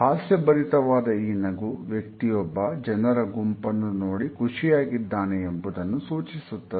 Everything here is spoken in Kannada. ಹಾಸ್ಯ ಭರಿತವಾದ ಈ ನಗು ವ್ಯಕ್ತಿಯೊಬ್ಬ ಜನರ ಗುಂಪನ್ನು ನೋಡಿ ಖುಷಿಯಾಗಿದ್ದಾನೆ ಎಂಬುದನ್ನು ಸೂಚಿಸುತ್ತದೆ